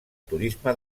turisme